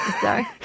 Sorry